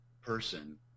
person